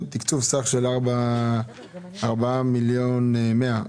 תקצוב סך של 4 מיליון ו-100,